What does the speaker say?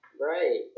Right